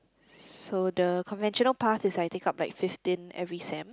so the conventional path is I take up like fifteen every sem